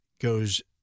goes